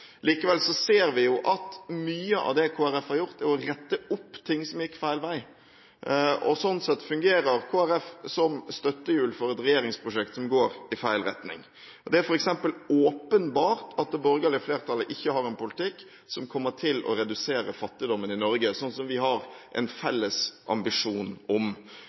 Likevel ser vi at mye av det Kristelig Folkeparti har gjort, er å rette opp ting som gikk feil vei. Sånn sett fungerer Kristelig Folkeparti som støttehjul for et regjeringsprosjekt som går i feil retning. Det er f.eks. åpenbart at det borgerlige flertallet ikke har en politikk som kommer til å redusere fattigdommen i Norge, sånn som vi har en felles ambisjon om.